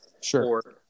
sure